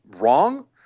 wrong